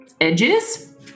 edges